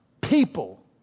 people